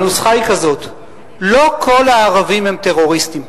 הנוסחה היא כזאת: לא כל הערבים הם טרוריסטים,